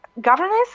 governance